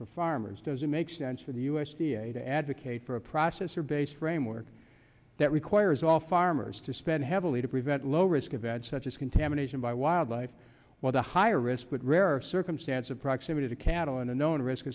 for farmers does it make sense for the u s d a to advocate for a process or based framework that requires all farmers to spend heavily to prevent low risk of bad such as contamination by wildlife while the higher risk but rarer circumstance of proximity to cattle and a known risk